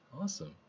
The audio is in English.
Awesome